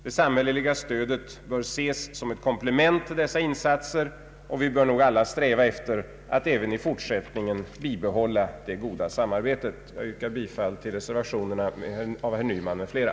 Det samhälleliga stödet bör ses som ett komplement till dessa insatser, och vi bör alla sträva efter att även i fortsättningen bibehålla det goda samarbetet. Jag yrkar bifall till reservationerna av herr Nyman m.fl.